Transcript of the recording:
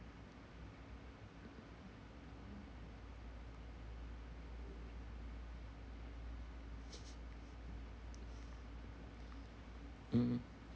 mm